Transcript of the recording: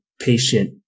patient